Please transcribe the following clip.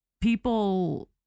people